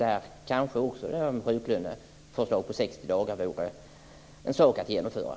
Också där borde man kanske genomföra förslaget om en sjuklöneperiod på 60